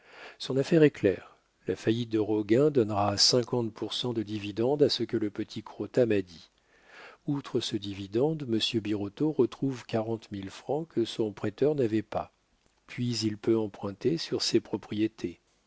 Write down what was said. son affaire est claire la faillite de roguin donnera cinquante pour cent de dividende à ce que le petit crottat m'a dit outre ce dividende monsieur birotteau retrouve quarante mille francs que son prêteur n'avait pas puis il peut emprunter sur ses propriétés